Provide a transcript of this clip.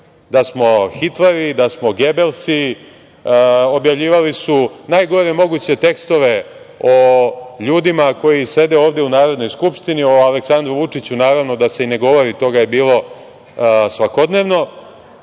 da smo Hitleri, da smo Gebelsi, objavljivali su najgore moguće tekstove o ljudima koji sede ovde u Narodnoj skupštini, o Aleksandru Vučiću da se i ne govori, toga je bilo svakodnevno